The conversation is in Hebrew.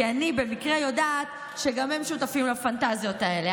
כי אני במקרה יודעת שגם הם שותפים לפנטזיות האלה.